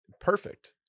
Perfect